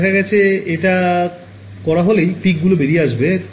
দেখা গেছে এটা করা হলেই পিক গুলো বেরিয়ে আসবে